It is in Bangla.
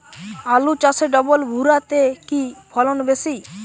আলু চাষে ডবল ভুরা তে কি ফলন বেশি?